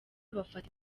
bafata